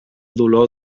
dolor